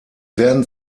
werden